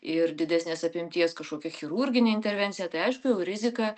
ir didesnės apimties kažkokia chirurginė intervencija tai aišku jau rizika